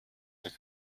der